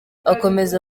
akomeza